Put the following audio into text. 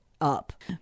up